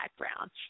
background